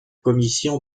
commission